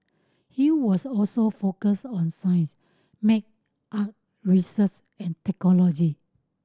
it was also focus on science maths art research and technology